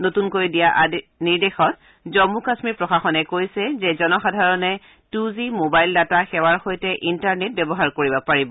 নতুনকৈ দিয়া নিৰ্দেশত জম্মু কাশ্মীৰ প্ৰশাসনে কৈছে যে জনসাধাৰণে টু জি মবাইল ডাটা সেৱাৰ সৈতে ইণ্টাৰনেট ব্যৱহাৰ কৰিব পাৰিব